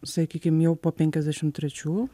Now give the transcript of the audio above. sakykim jau po penkiasdešimt trečių